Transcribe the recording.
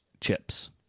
chips